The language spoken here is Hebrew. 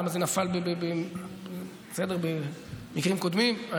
למה זה נפל במקרים קודמים.